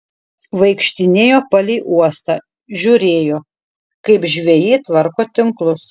vaikštinėjo palei uostą žiūrėjo kaip žvejai tvarko tinklus